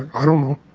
i don't know.